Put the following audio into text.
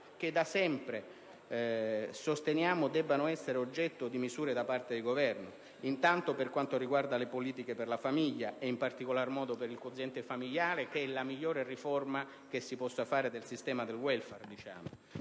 che da sempre sosteniamo debbano essere oggetto di misure da parte del Governo: intanto, per quanto riguarda le politiche per la famiglia, e in particolar modo per il quoziente familiare, che è la migliore riforma che vi possa essere del sistema del welfare;